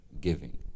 Giving